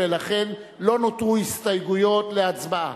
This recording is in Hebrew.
לכן לא נותרו הסתייגויות להצבעה.